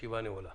הישיבה נעולה.